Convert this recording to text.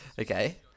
Okay